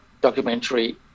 documentary